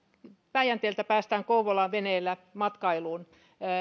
päijänteeltä päästään kouvolaan veneellä matkailun